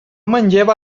manlleva